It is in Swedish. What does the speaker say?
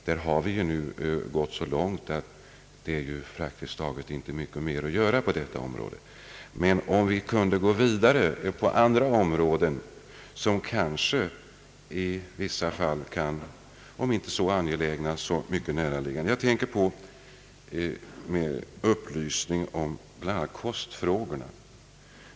Vi har kommit så långt därvidlag att det inte finnas mycket mer att göra på detta område. Men det vore bra om vi kunde gå vidare på andra områden som också är angelägna — om också inte i samma utsträckning som mödraoch barnavården. Jag tänker bl.a. på upplysningen om kostfrågorna.